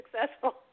successful